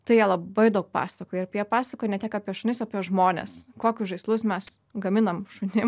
tai jie labai daug pasakoja ir jie pasakoją ne tik apie šunis apie žmones kokius žaislus mes gaminam šunim